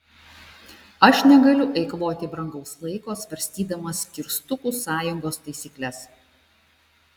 aš negaliu eikvoti brangaus laiko svarstydamas kirstukų sąjungos taisykles